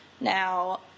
now